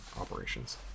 operations